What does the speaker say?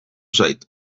zait